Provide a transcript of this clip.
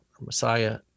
Messiah